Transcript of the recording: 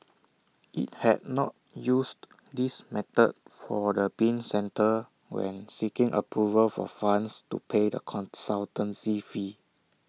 IT had not used this method for the bin centre when seeking approval for funds to pay the consultancy fee